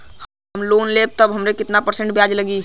हम लोन लेब त कितना परसेंट ब्याज लागी?